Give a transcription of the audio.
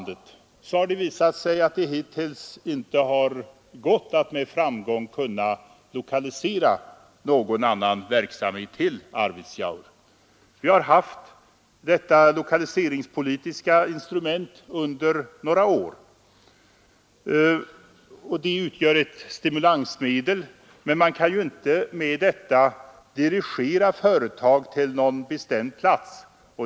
Det har visat sig att det hittills inte gått att med framgång lokalisera någon annan verksamhet till Arvidsjaur. Vi har haft det här lokaliseringspolitiska instrumentet under några år, och det utgör ett stimulansmedel, men man kan inte med detta dirigera företag till någon bestämd plats.